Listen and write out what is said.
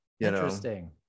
Interesting